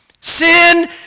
Sin